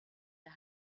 der